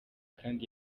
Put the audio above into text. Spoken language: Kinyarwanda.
kandi